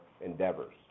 endeavors